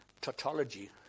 tautology